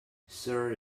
sir